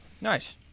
Nice